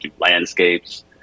landscapes